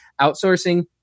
outsourcing